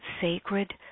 sacred